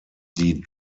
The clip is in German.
die